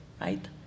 right